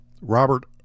Robert